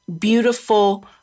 beautiful